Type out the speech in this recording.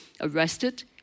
arrested